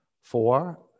Four